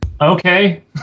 Okay